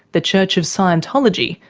the church of scientology,